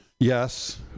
Yes